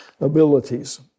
abilities